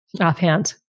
offhand